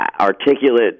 articulate